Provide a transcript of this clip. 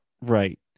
right